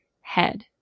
head